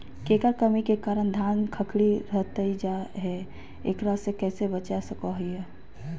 केकर कमी के कारण धान खखड़ी रहतई जा है, एकरा से कैसे बचा सको हियय?